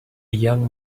young